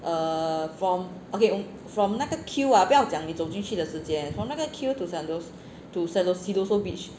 err from okay from 那个 queue ah 不要讲你走进去的时间从那个 queue to sentos~ to sento~ siloso beach